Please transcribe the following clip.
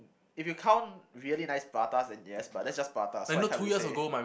if you count really nice pratas then yes but that's just pratas so I can't really say